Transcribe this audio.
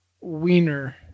Wiener